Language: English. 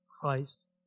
Christ